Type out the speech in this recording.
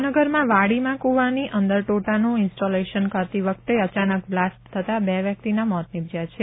ભાવનગરમાં વાડીમાં કુવાની અંદર ટોટાનું ઇન્સ્ટોલેશન કરતી વખતે અચાનક બ્લાસ્ટ થતાં બે વ્યક્તિના મોત નિપજ્યા છે